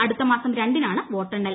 അടുത്തമാസം രണ്ടിനാണ് പ്രോട്ടെണ്ണൽ